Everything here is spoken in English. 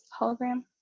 hologram